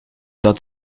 dat